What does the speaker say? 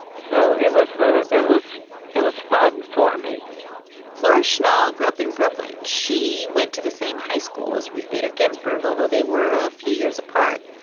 so it was the it was it was fun for me flora schnall grew up in brooklyn. she went to the same high school as ruth bader ginsburg, although they were a few years apart.